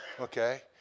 okay